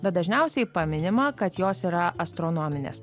bet dažniausiai paminima kad jos yra astronominės